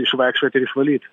išvaikščiot ir išvalyt